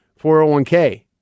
401k